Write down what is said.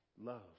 love